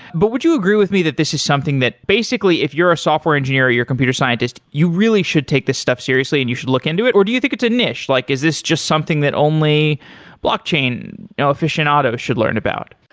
but would you agree with me that this is something that basically if you're ah software engineer or you're a computer scientist, you really should take this stuff seriously and you should look into it or do you think it's a niche? like is this just something that only blockchain you know aficionados should learn about?